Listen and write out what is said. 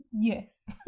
Yes